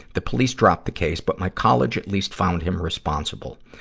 the police dropped the case, but my college at least found him responsible.